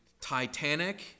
titanic